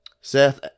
Seth